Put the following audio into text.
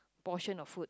portion of food